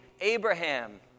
Abraham